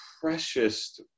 precious